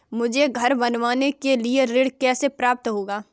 मुझे घर बनवाने के लिए ऋण कैसे प्राप्त होगा?